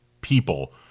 people